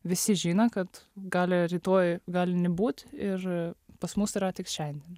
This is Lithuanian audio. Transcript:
visi žino kad gali rytoj gali nebūt ir pas mus yra tik šiandien